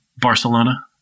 Barcelona